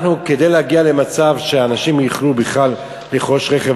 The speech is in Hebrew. כדי להגיע למצב שאנשים יוכלו בכלל לרכוש רכב,